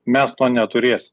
mes to neturės